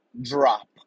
drop